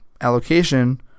allocation